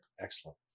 Excellent